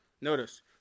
Notice